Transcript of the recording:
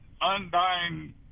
undying